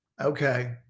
okay